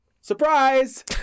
Surprise